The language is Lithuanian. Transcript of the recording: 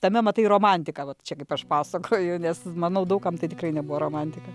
tame matai romantiką vat čia kaip aš pasakoju nes manau daug kam tai tikrai nebuvo romantika